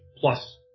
plus